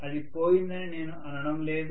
అది పోయిందని నేను అనడం లేదు